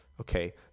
Okay